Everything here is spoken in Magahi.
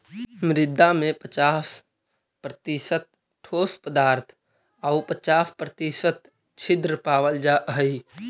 मृदा में पच्चास प्रतिशत ठोस पदार्थ आउ पच्चास प्रतिशत छिद्र पावल जा हइ